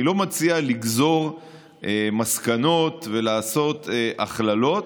אני לא מציע לגזור מסקנות ולעשות הכללות,